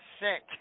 sick